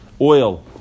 oil